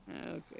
Okay